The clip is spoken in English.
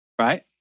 right